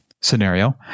scenario